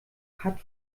hat